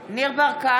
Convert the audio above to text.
בהצבעה ניר ברקת,